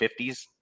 50s